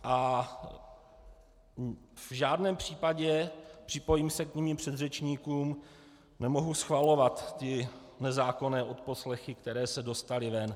A v žádném případě, připojím se k svým předřečníkům, nemohu schvalovat ty nezákonné odposlechy, které se dostaly ven.